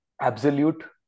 absolute